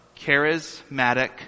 Charismatic